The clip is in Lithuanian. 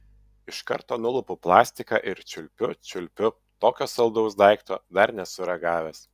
iš karto nulupu plastiką ir čiulpiu čiulpiu tokio saldaus daikto dar nesu ragavęs